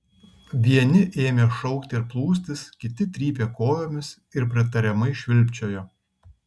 vieni ėmė šaukti ir plūstis kiti trypė kojomis ir pritariamai švilpčiojo